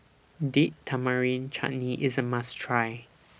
Date Tamarind Chutney IS A must Try